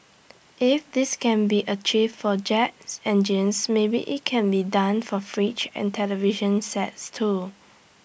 if this can be achieved for jet engines maybe IT can be done for fridges and television sets too